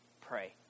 pray